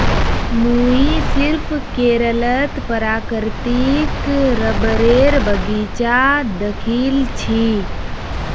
मुई सिर्फ केरलत प्राकृतिक रबरेर बगीचा दखिल छि